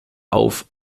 auf